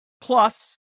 Plus